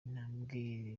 intambwe